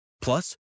Plus